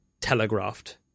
telegraphed